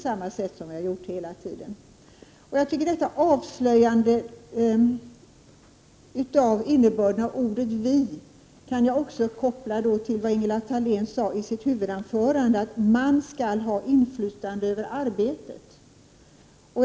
Jag kan koppla avslöjandet av innebörden i ordet ”vi” till innebörden av vad Ingela Thalén sade i sitt huvudanförande, nämligen att ”man” skall ha inflytande över arbetet.